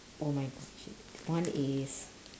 oh my one is